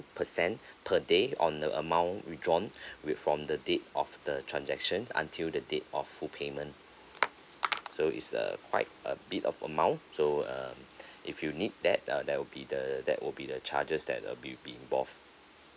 percent per day on the amount withdrawn with from the date of the transaction until the date of full payment so is a quite a bit of amount so um if you need that uh that will be the that would be the charges that uh will be involved